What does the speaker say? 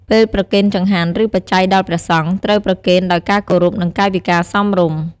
ពេលប្រគេនចង្ហាន់ ឬបច្ច័យដល់ព្រះសង្ឃ ត្រូវប្រគេនដោយការគោរព និងកាយវិការសមរម្យ។